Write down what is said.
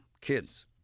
kids